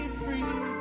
free